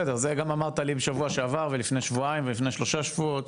בסדר זה גם מה שאמרתי לי בשבוע שעבר ולפני שבועיים ולפני שלושה שבועות.